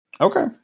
Okay